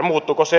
muuttuuko se